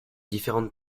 différentes